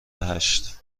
هشت